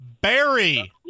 Barry